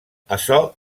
açò